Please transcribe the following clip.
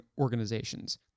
organizations